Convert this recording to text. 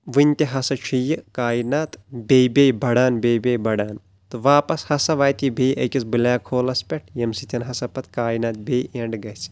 وُنہِ تہِ ہسا چھُ یہِ کاینات بییٚہِ بییٚہِ بڑان بییٚہِ بییٚہِ بڑان تہٕ واپس ہسا واتہِ یہِ بییٚہِ أکِس بلیک ہولس پٮ۪ٹھ ییٚمہِ سۭتۍ ہسا پتہٕ کاینات بییٚہِ ایٚنٛڈ گژھہِ